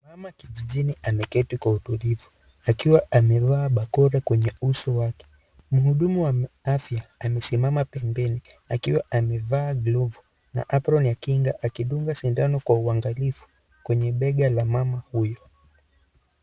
Mama kijijini ameketi kwa utulivu akiwa amevaa bakora kwenye uso wake. Muudumu wa afya amesimama pembeni akiwa amevaa (cs)glovu(cs) na apron ya kinga akidunga sindano kwa uangalifu kwenye bega la mama huyo.